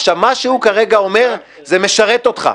עכשיו, מה שהוא כרגע אומר, זה משרת אותך.